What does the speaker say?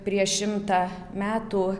prieš šimtą metų